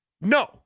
No